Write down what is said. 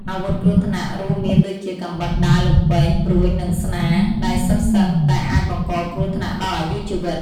អាវុធគ្រោះថ្នាក់ រួមមានដូចជា កាំបិត ដាវ លំពែង ព្រួញ និងស្នា ដែលសុទ្ធសឹងតែអាចបង្កគ្រោះថ្នាក់ដល់អាយុជីវិត។